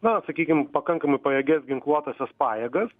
na sakykim pakankamai pajėgias ginkluotąsias pajėgas